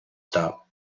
stop